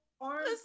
arms